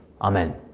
Amen